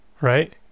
Right